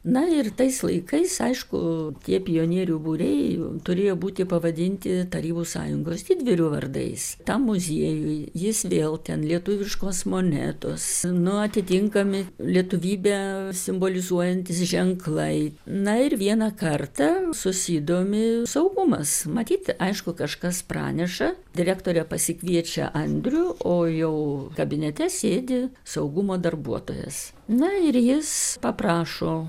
na ir tais laikais aišku tie pionierių būriai turėjo būti pavadinti tarybų sąjungos didvyrių vardais tam muziejuj jis vėl ten lietuviškos monetos nu atitinkami lietuvybę simbolizuojantys ženklai na ir vieną kartą susidomi saugumas matyt aišku kažkas praneša direktorė pasikviečia andrių o jau kabinete sėdi saugumo darbuotojas na ir jis paprašo